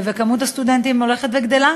ומספר הסטודנטים הולך וגדל.